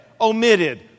omitted